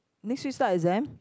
next week start exam